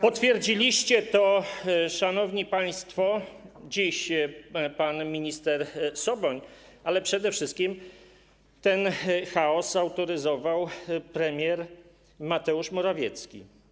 Potwierdziliście to, szanowni państwo, dziś pan minister Soboń, ale przede wszystkim ten chaos autoryzował premier Mateusz Morawiecki.